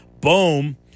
Boom